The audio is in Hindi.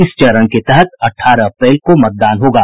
इस चरण के तहत अठारह अप्रैल को मतदान होना है